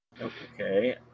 Okay